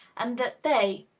and that they,